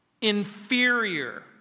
inferior